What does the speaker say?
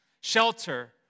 shelter